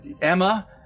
Emma